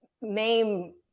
name